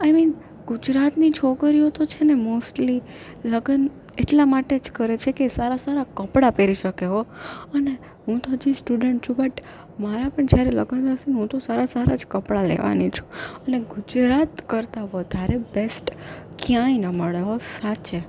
આઈ mean ગુજરાતની છોકરીઓ તો છેને મોસ્ટલી લગન એટલા માટે જ કરે છે કે સારા સારા કપડા પહેરી શકે હો અને હું તો હજી સ્ટુડન્ટ છું બટ મારા પણ જ્યારે લગન હશેને હું તો સારા સારા જ કપડા લેવાની છું અને ગુજરાત કરતાં વધારે બેસ્ટ ક્યાંય ન મળે હોં સાચે